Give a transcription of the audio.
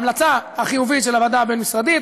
ההמלצה החיובית של הוועדה הבין-משרדית,